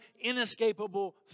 inescapable